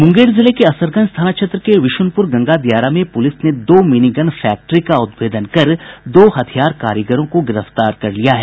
मूंगेर जिले के असरगंज थाना क्षेत्र के विश्नपूर गंगा दियारा में पूलिस ने दो मिनी गन फैक्ट्री का उद्भेदन कर दो हथियार कारीगरों को गिरफ्तार कर लिया है